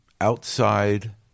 Outside